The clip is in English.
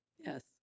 Yes